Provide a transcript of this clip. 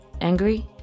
Angry